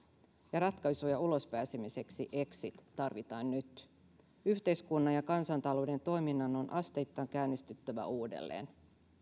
ja ratkaisuja ulos pääsemiseksi exit tarvitaan nyt yhteiskunnan ja kansantalouden toiminnan on asteittain käynnistyttävä uudelleen